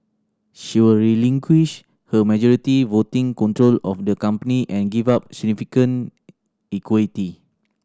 she will relinquish her majority voting control of the company and give up significant equity